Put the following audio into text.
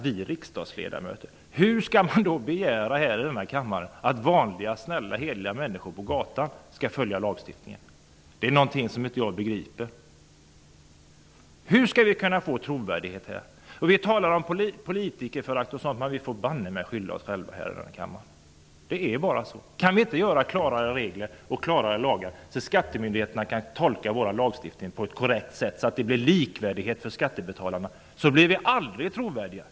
Hur skall vi då i denna kammare kunna begära att vanliga, snälla, hederliga människor på gatan skall följa lagstiftningen? Det är något som jag inte begriper. Hur skall vi kunna åstadkomma någon trovärdighet? Vi talar om politikerförakt, men vi i denna kammare får banne mig skylla oss själva. Det är bara så. Om vi inte kan stifta klarare lagar och inrätta klarare regler, så att skattemyndigheterna kan tolka vår lagstiftning på ett korrekt sätt och så att skattebetalarna kan behandlas likvärdigt blir vi aldrig trovärdiga.